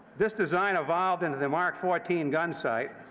this design evolved into the mark fourteen gunsight,